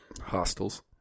Hostels